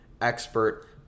expert